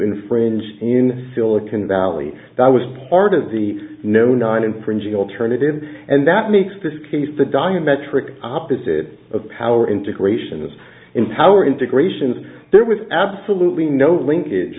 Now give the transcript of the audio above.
infringe in silicon valley that was part of the new nine infringing alternative and that makes this case the diametric opposite of the power integrations in power integrations there with absolutely no linkage